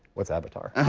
what is avatar?